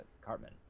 Cartman